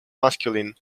masculine